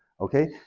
Okay